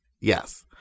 Yes